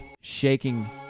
shaking